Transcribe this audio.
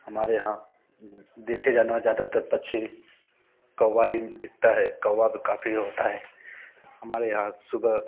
हमारे यहाँ देखे जानवर ज़्यादातर पक्षी कौवा ही दिखाता है कौवा काफ़ी होता है हमारे यहाँ सुबह